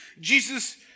Jesus